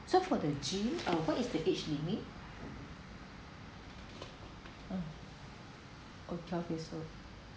so for the gym uh is the age limit um oh twelve years old